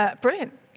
Brilliant